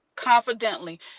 confidently